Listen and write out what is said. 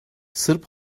sırp